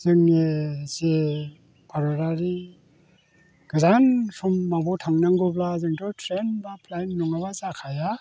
जोंनि जे भारतआरि गोजान समावबो थांनांगौब्ला जोंथ' ट्रेन बा प्लेन नङाबा जाखाया